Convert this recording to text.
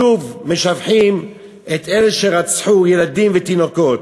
שוב, משבחים את אלה שרצחו ילדים ותינוקות.